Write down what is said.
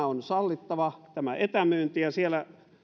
on sallittava tämä etämyynti ja siellä